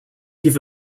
give